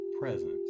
presence